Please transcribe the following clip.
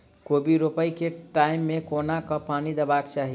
कोबी रोपय केँ टायम मे कोना कऽ पानि देबाक चही?